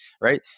right